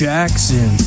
Jackson